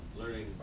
learning